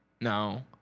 no